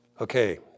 Okay